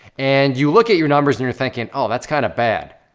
and you look at your numbers and you're thinking, oh that's kind of bad.